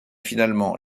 finalement